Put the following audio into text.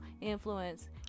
influence